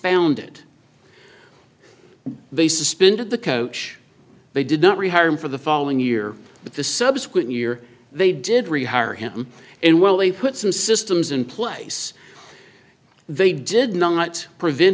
found it they suspended the coach they did not rehire him for the following year but the subsequent year they did rehire him and well they put some systems in place they did not prevent